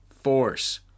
force